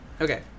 Okay